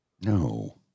No